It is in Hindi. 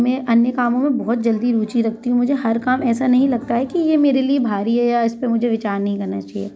मैं अन्य कामों में बहुत जल्दी रुचि रखती हूँ मुझे हर काम ऐसा नहीं लगता है कि ये मेरे लिए भारी है या इसपे मुझे विचार नहीं करना चाहिए